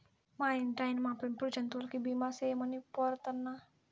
మా ఇంటాయినా, మా పెంపుడు జంతువులకి బీమా సేయమని పోరతన్నా